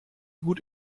gut